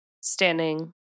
standing